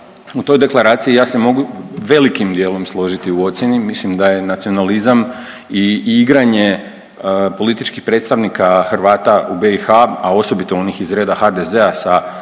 u toj deklaraciji ja se mogu velikim dijelom složiti u ocijeni, mislim da je nacionalizam i igranje političkih predstavnika Hrvata u BiH, a osobito onih iz reda HDZ-a sa